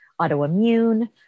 autoimmune